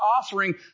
offering